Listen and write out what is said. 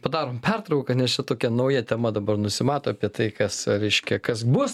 padarom pertrauką nes čia tokia nauja tema dabar nusimato apie tai kas reiškia kas bus